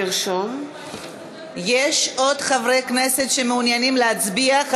בעד יש עוד חברי כנסת שמעוניינים להצביע?